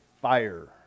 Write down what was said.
fire